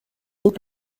doute